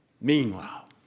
meanwhile